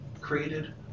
created